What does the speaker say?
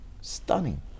stunning